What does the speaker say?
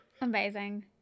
Amazing